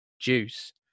juice